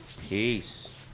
peace